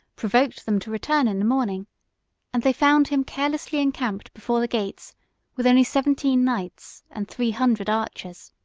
provoked them to return in the morning and they found him carelessly encamped before the gates with only seventeen knights and three hundred archers.